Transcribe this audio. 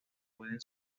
pueden